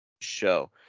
show